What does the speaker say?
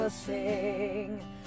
sing